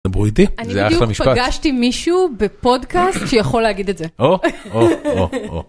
דברו איתי זה אחלה משפט אני בדיוק פגשתי מישהו בפודקאסט שיכול להגיד את זה.